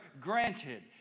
granted